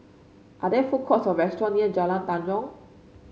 are there food courts or restaurant near Jalan Tanjong